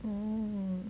oh